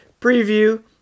preview